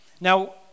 Now